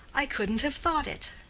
i couldn't have thought it.